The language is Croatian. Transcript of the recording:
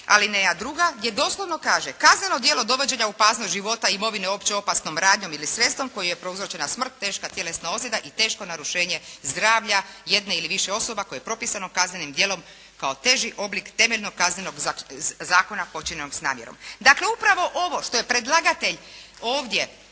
alineja 2., gdje doslovno kaže: Kazneno djelo dovođenja u opasnost života i imovine opće opasnom radnjom ili sredstvom, kojim je prouzročena smrt, teška tjelesna ozljeda i teško narušenje zdravlja jedne ili više osoba, koje je propisano kaznenim djelom kao teži oblik temeljnog kao kaznenog zakona počinjenog s namjerom. Dakle, upravo ovo što je predlagatelj ovdje